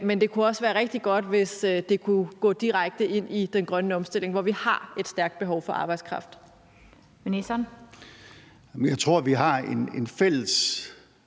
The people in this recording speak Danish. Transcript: men det kunne også være rigtig godt, hvis det kunne gå direkte ind i den grønne omstilling, hvor vi har et stærkt behov for arbejdskraft.